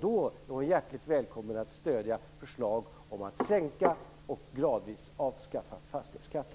Då är hon hjärtligt välkommen att stödja förslag om att sänka och gradvis avskaffa fastighetsskatten.